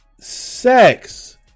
sex